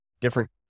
different